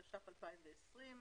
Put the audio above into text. התש"ף-2020.